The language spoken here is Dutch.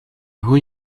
hoe